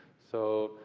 so,